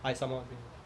I somehow want play